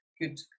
good